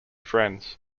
friends